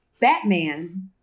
Batman